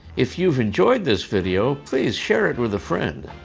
if you've enjoyed this video, please share it with a friend.